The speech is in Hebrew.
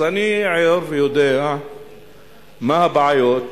אז אני היום יודע מה הבעיות,